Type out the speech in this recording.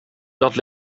dat